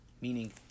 Meaning